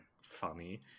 funny